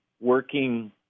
working